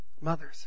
Mothers